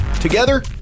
Together